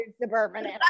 suburban